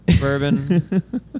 bourbon